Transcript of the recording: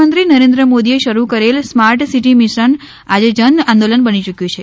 પ્રધાનમંત્રી નરેન્દ્ર મોદીએ શરૂ કરેલ સ્માર્ટ સીટી મિશન આજે જન આંદોલન બની યૂક્યુ છે